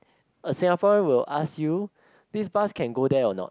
a Singaporean will ask you this bus can go there or not